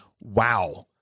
Wow